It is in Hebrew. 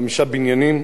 חמישה בניינים,